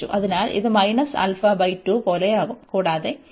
അതിനാൽ ഇത് minus alpha by 2 പോലെയാകും കൂടാതെ ഈ phi a